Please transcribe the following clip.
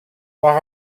par